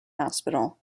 hospital